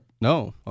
No